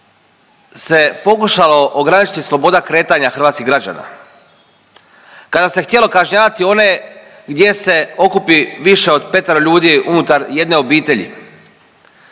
se pokušalo ograničiti sloboda kretanja hrvatskih građana, kada se htjelo kažnjavati one gdje se okupi više od 5-oro ljudi više unutar jedne obitelji,